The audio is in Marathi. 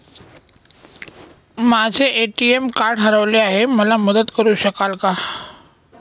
माझे ए.टी.एम कार्ड हरवले आहे, मला मदत करु शकाल का?